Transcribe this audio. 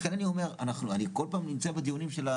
לכן אני אומר, אני כל פעם נמצא בדיונים של ה